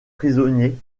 prisonnier